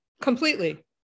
completely